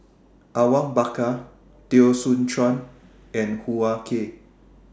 Awang Bakar Teo Soon Chuan and Hoo Ah Kay